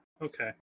okay